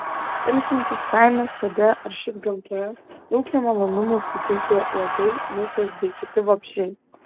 ilsintis kaime sode ar šiaip gamtoje daug nemalonumų suteikia uodai musės bei kiti vabzdžiai